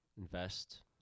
invest